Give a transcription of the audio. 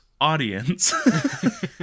audience